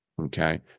okay